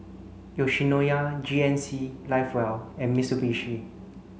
Yoshinoya G N C live well and Mitsubishi